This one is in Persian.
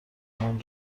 مون